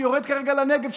שיורד כרגע לנגב,